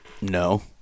No